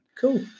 Cool